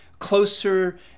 Closer